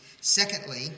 Secondly